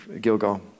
Gilgal